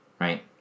right